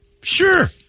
Sure